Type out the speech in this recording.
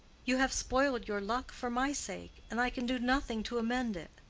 you have spoiled your luck for my sake, and i can do nothing to amend it.